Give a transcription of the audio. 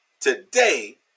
today